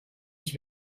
ich